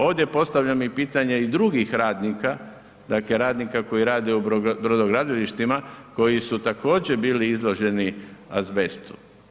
Ovdje postavljam i pitanje i drugih radnika, dakle radnika koji rade u brodogradilištima, koji su također bili izloženi azbestu.